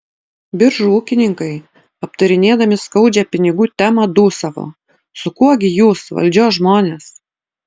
biržų ūkininkai aptarinėdami skaudžią pinigų temą dūsavo su kuo gi jūs valdžios žmonės